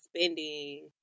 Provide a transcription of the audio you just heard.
spending